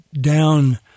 down